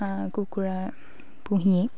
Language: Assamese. হাঁহ কুকুৰা পুহিয়েই